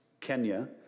Kenya